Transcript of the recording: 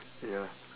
ya